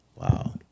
Wow